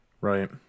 Right